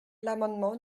l’amendement